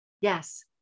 Yes